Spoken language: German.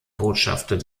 botschafter